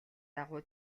дагуу